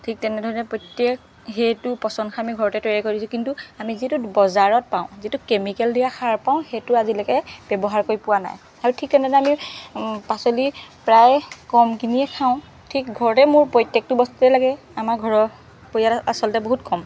ঠিক তেনেধৰণে প্ৰত্যেক সেইটো পচন সাৰ আমি ঘৰতে তৈয়াৰ কৰিছোঁ কিন্তু আমি যিহেতু বজাৰত পাওঁ যিটো কেমিকেল দিয়া সাৰ পাওঁ এইটো আজিলৈকে ব্যৱহাৰ কৰি পোৱা নাই আৰু ঠিক তেনেদৰে আমি পাচলি প্ৰায়ে কম কিনিয়েই খাওঁ ঠিক ঘৰতেই মোৰ প্ৰত্যেকটো বস্তুৱে লাগে আমাৰ ঘৰৰ পৰিয়ালৰ আচলতে বহুত কম